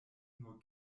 nur